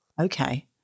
Okay